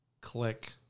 Click